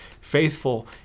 faithful